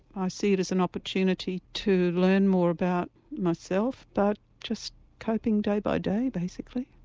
i see it as an opportunity to learn more about myself but just coping day by day basically.